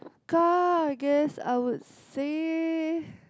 car I guess I would say